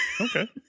okay